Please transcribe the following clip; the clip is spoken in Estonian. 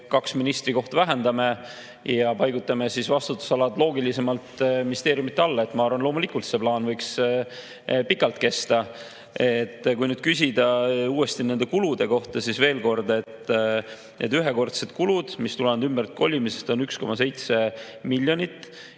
kaks ministrikohta vähendame ja paigutame vastutusalad loogilisemalt ministeeriumide alla – ma arvan, et loomulikult see [süsteem] võiks pikalt kesta. Kui nüüd küsida uuesti nende kulude kohta, siis veel kord: need ühekordsed kulud, mis tulenevad ümberkolimisest, on 1,7 miljonit.